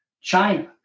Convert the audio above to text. China